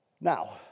Now